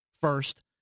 first